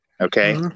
Okay